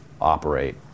operate